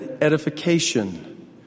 edification